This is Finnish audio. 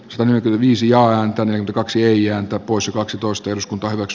se näkyy viisi joonatanin kaksi ja poissa kaksitoista jos kaivos